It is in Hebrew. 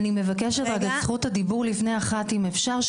אני מבקשת את זכות הדיבור לפני הח"כים, אפשר?